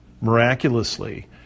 Miraculously